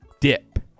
dip